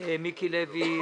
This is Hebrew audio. מיקי לוי,